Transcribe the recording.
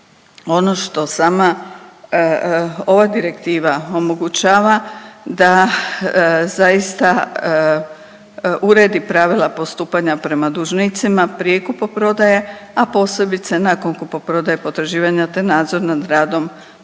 ono što sama ova direktiva omogućava, da zaista uredi pravila postupanja prema dužnicima prije kupoprodaje, a posebice nakon kupoprodaje potraživanja te nadzor nad radom